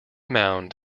mound